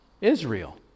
Israel